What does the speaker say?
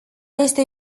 este